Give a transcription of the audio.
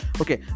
okay